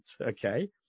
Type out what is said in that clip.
Okay